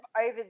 over